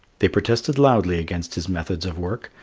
they protested loudly against his methods of work,